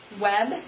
web